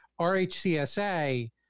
RHCSA